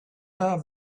are